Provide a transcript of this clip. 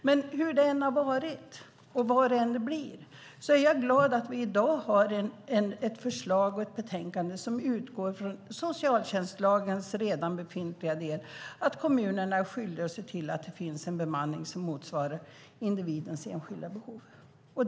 Men hur det än har varit och vad det än blir är jag glad åt att vi i dag har ett förslag och ett betänkande som utgår från socialtjänstlagens redan befintliga del, att kommunerna är skyldiga att se till att det finns en bemanning som motsvarar den enskilda individens behov.